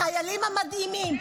החיילים המדהימים.